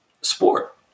sport